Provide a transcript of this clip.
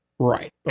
Right